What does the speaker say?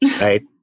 right